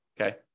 okay